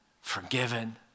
Forgiven